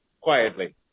quietly